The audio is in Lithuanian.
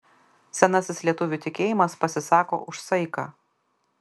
senasis lietuvių tikėjimas pasisako už saiką